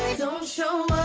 don't show